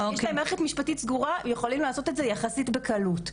יש להם מערכת משפטית סגורה והם יכולים לעשות את זה יחסית בקלות.